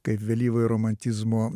kaip vėlyvojo romantizmo